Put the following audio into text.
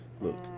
look